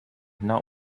not